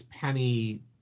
penny